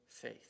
faith